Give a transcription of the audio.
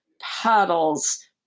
paddles